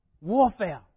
warfare